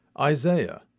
Isaiah